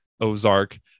Ozark